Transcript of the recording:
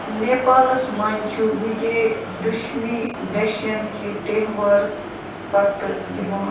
نیپالس منٛز چھُ وِجے دُشمی دَشیَن کہِ تہوارٕ پتہٕ یِوان